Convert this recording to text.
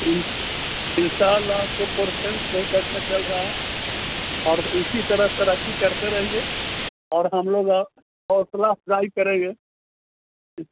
ان انشاء اللہ تو پرفینس بہت اچھا چل رہا ہے اور اسی طرح ترقی کرتے رہیے اور ہم لوگ آپ حوصلہ فزائی کریں گے